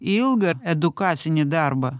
ilgą edukacinį darbą